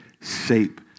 shape